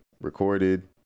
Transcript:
recorded